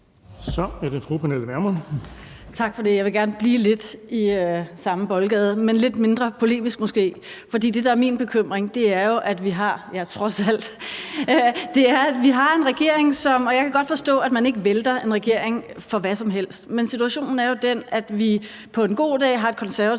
Tak for det. Jeg vil gerne blive lidt i samme boldgade, men lidt mindre polemisk måske, trods alt, for jeg har en bekymring. Jeg kan godt forstå, at man ikke vælter en regering på baggrund af hvad som helst, men situationen er jo den, at vi på en god dag har et Konservativt